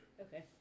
okay